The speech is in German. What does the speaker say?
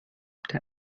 der